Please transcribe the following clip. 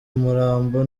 umurambo